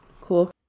Cool